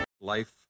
Life